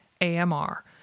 AMR